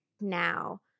now